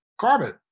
carbon